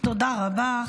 תודה רבה.